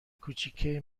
کوچیکه